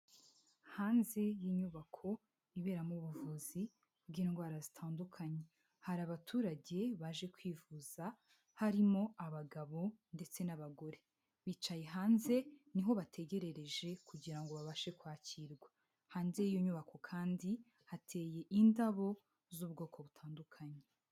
Hanze y'inyubako iberamo ubuvuzi bw'indwara zitandukanye. Hari abaturage baje kwivuza, harimo abagabo ndetse n'abagore. Bicaye hanze ni ho bategerereje kugira ngo babashe kwakirwa. Hanze y'iyo nyubako kandi hateye indabo z'ubwoko butandukanye.